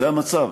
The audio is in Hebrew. זה המצב,